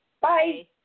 Bye